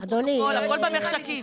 שום פרוטוקול, הכול במחשכים.